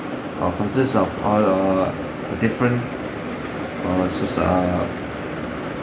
are consist of all err different uh socie~ uh